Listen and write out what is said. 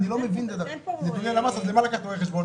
אם אלה נתוני למ"ס, בשביל מה לקחת רואה חשבון?